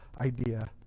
idea